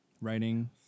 writing